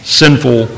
sinful